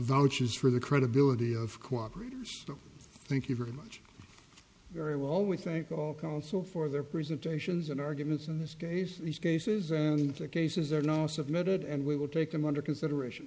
vouches for the credibility of cooperations them thank you very much very well we thank all counsel for their presentations and arguments in this case these cases and the cases are now submitted and we will take them under consideration